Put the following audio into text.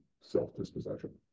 self-dispossession